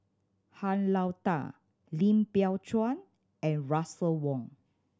Han Lao Da Lim Biow Chuan and Russel Wong